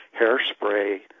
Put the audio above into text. hairspray